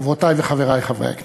חברותי וחברי חברי הכנסת,